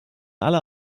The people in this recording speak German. alle